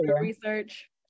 research